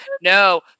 no